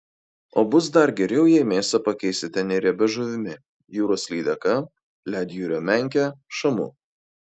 o bus dar geriau jei mėsą pakeisite neriebia žuvimi jūros lydeka ledjūrio menke šamu